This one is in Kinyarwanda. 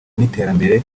n’iterambere